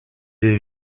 jej